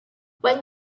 when